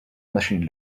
machine